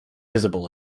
visible